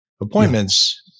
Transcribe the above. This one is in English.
appointments